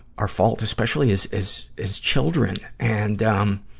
our fault. especially as, as, as children. and, um,